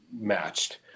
Matched